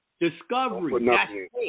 Discovery